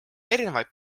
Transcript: erinevaid